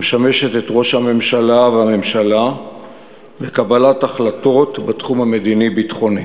המשמשת את ראש הממשלה ואת הממשלה בקבלת החלטות בתחום המדיני-ביטחוני,